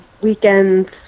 weekends